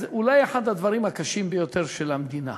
הוא אולי אחד הנושאים הקשים ביותר של המדינה.